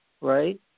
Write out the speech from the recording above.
right